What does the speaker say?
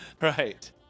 Right